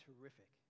terrific